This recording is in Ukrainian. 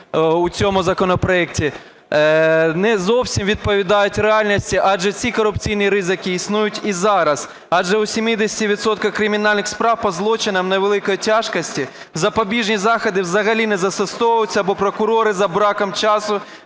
у цьому законопроекті не зовсім відповідають реальності, адже ці корупційні ризики існують і зараз. Адже у 70 відсотках кримінальних справ по злочинам невеликої тяжкості запобіжні заходи взагалі не застосовуються, бо прокурори за браком часу